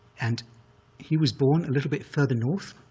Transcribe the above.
and he was born a little bit further north,